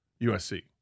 USC